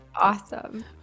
awesome